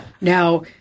Now